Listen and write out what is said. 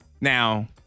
Now